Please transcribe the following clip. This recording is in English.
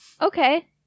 okay